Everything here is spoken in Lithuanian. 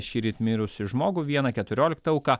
šįryt mirusį žmogų vieną keturioliktą auką